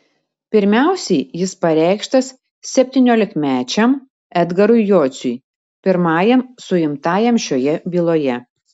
pirmiausiai jis pareikštas septyniolikmečiam edgarui jociui pirmajam suimtajam šioje byloje